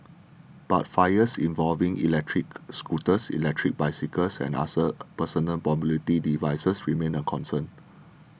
but fires involving electric scooters electric bicycles and other personal mobility devices remain a concern